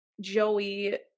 Joey